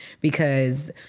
because-